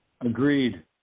Agreed